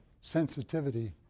sensitivity